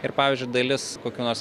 ir pavyzdžiui dalis kokių nors